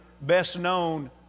best-known